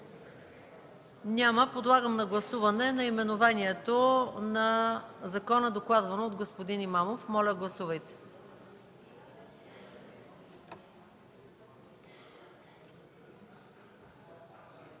Няма. Подлагам на гласуване наименованието на закона, докладван от господин Имамов. Уважаеми